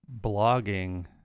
blogging